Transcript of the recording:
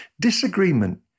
Disagreement